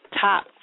top